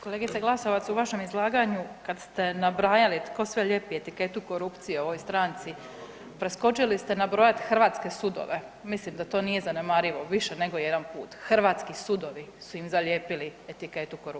Kolegice Glasovac, u vašem izlaganju kad ste nabrajali tko sve ljepi etiketu korupcije ovoj stranci, preskočili ste nabrojat hrvatske sudove, mislim da to nije zanemarivo, više nego jedan put hrvatski sudovi su im zalijepili etiketu korupcije.